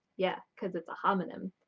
yeah. cause it's a homonym.